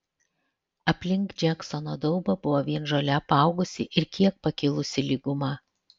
aplink džeksono daubą buvo vien žole apaugusi ir kiek pakilusi lyguma